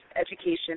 education